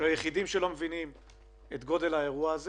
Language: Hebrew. שהיחידים שלא מבינים את גודל האירוע זה